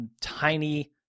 tiny